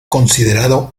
considerado